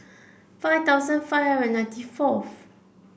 five thousand five hundred ninety fourth